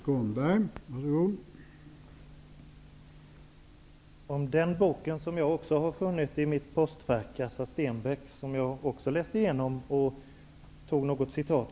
Herr talman! Den här aktuella boken har jag också fått i mitt postfack och jag har läst igenom den och citerat något ur den.